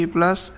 Plus